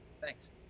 thanks